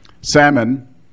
Salmon